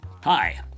Hi